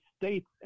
States